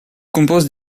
compose